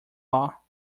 law